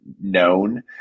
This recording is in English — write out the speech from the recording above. known